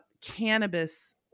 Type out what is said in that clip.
cannabis